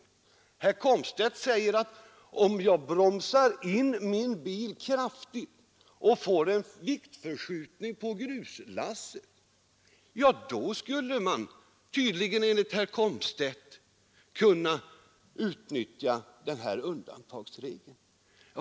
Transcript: Herr Komstedt menar tydligen att om man bromsar in sin bil kraftigt och får en viktförskjutning på gruslasset skulle man kunna utnyttja den här undantagsregeln.